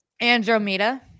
andromeda